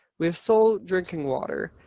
we have soul drinking water.